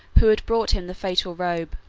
who had brought him the fatal robe,